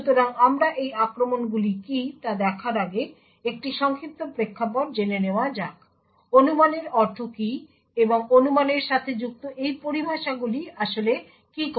সুতরাং আমরা এই আক্রমণগুলি কী তা দেখার আগেএকটি সংক্ষিপ্ত প্রেক্ষাপট জেনে নেওয়া যাক অনুমানের অর্থ কী এবং অনুমানের সাথে যুক্ত এই পরিভাষাগুলি আসলে কী করে